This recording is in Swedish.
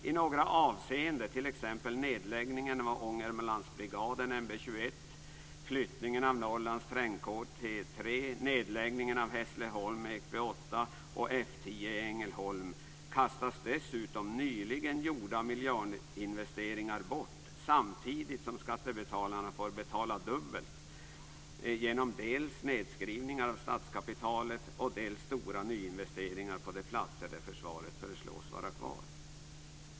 I några avseenden, t.ex. nedläggningen av Ångermanlandsbrigaden NB 21, flyttningen av Norrlands trängkår T 3, nedläggningen av Hässleholm MekB 8 och F 10 i Ängelholm, kastas dessutom nyligen gjorda miljardinvesteringar bort samtidigt som skattebetalarna får betala dubbelt genom dels nedskrivningar av statskapitalet, dels stora nyinvesteringar på de platser där försvaret föreslås vara kvar.